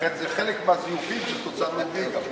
לכן, זה חלק מהזיופים של תוצר לאומי.